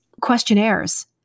questionnaires